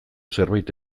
zerbait